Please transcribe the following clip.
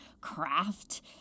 craft